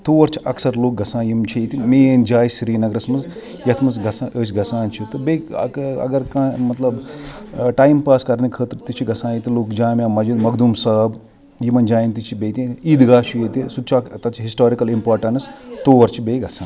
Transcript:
تور چھِ اکثر لُکھ گَژھان یِم چھِ ییٚتہِ مین جایہٕ سِریٖنگرَس منٛز یَتھ منٛز گژھان أسۍ گَژھان چھِ تہٕ بیٚیہِ اگر اگر کانٛہہ مَطلب ٹایِم پاس کَرنہٕ خٲطرٕ تہِ چھِ گژھان ییٚتہِ لُکھ گَژھان جامِعہ مَسجد مۄخدوٗم صٲب یِمن جایَن تہِ چھِ بییِہِ تہِ عیٖدگاہ چھُ ییٚتہِ سُہ تہِ چھُ اَکھ تَتھ چھِ ہِسٹارِکَل اِمپاٹیٚنٕس تور چھِ بیٚیہِ گَژھان